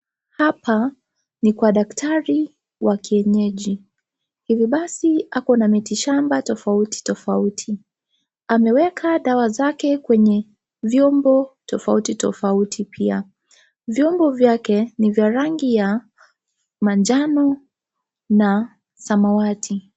Hapa ni kwa daktari wa kienyeji. Hivi basi ako na miti shamba tofauti tofauti. Ameweka dawa zake kwenye vyombo tofauti tofauti pia. Vyombo vyake ni vya rangi ya manjano na samawati.